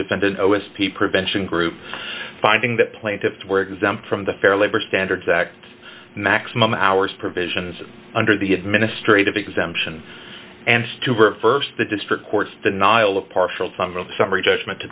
p prevention group finding that plaintiffs were exempt from the fair labor standards act maximum hours provisions under the administrative exemption and stuever st the district court's denial of partial some summary judgment to